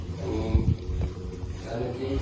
हामी जान चाहिँ